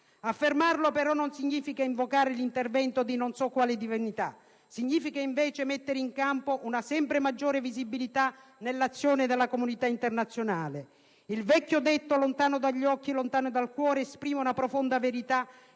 Affermarlo però non significa invocare l'intervento di non so quale divinità; significa, invece, mettere in campo una sempre maggiore visibilità nell'azione della comunità internazionale. Il vecchio detto «lontano dagli occhi, lontano dal cuore» esprime una profonda verità